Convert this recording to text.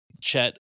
Chet